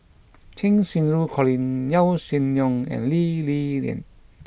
Cheng Xinru Colin Yaw Shin Leong and Lee Li Lian